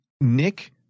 Nick